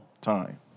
time